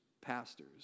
pastors